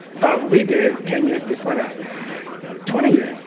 we did it ten years before that twenty years!